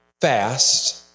fast